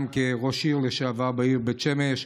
גם כראש עיר לשעבר בעיר בית שמש,